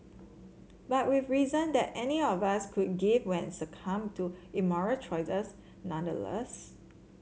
but with reason that any of us could give when succumbed to immoral choices nonetheless